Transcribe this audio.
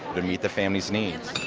to meet the family's needs,